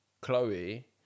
Chloe